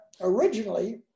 originally